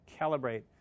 calibrate